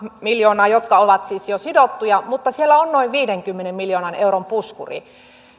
miljoonaa jotka ovat siis jo sidottuja mutta siellä on noin viidenkymmenen miljoonan euron puskuri